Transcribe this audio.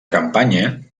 campanya